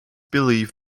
believe